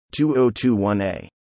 2021a